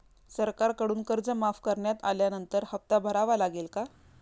सरकारकडून कर्ज माफ करण्यात आल्यानंतर हप्ता भरावा लागेल का?